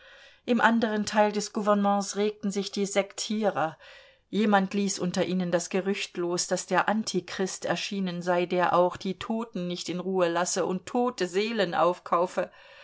im anderen teil des gouvernements regten sich die sektierer jemand ließ unter ihnen das gerücht los daß der antichrist erschienen sei der auch die toten nicht in ruhe lasse und tote seelen aufkaufe